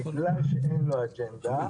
בגלל שאין לו אג'נדה,